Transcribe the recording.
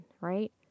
right